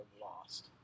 lost